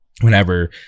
Whenever